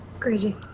crazy